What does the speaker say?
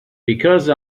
because